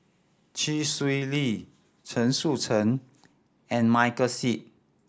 Chee Swee Lee Chen Sucheng and Michael Seet